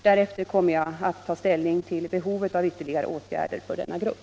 Därefter kommer jag att ta ställning till behovet av ytterligare åtgärder för denna grupp.